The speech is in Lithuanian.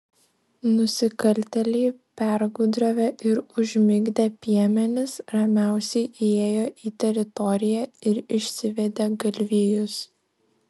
nusikaltėliai pergudravę ir užmigdę piemenis ramiausiai įėjo į teritoriją ir išsivedė galvijus